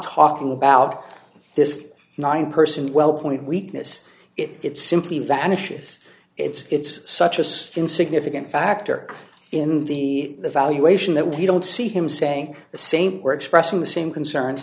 talking about this nine person wellpoint weakness it simply vanishes it's such a significant factor in the valuation that we don't see him saying the same were expressing the same concerns